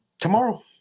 tomorrow